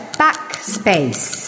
backspace